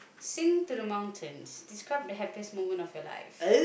sing to the mountains describe the happiest moment of your life